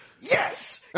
Yes